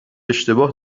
اشتباه